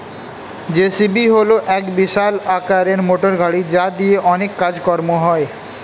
JCB হল এক বিশাল আকারের মোটরগাড়ি যা দিয়ে অনেক কাজ কর্ম হয়